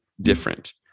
different